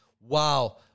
Wow